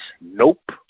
Nope